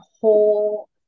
whole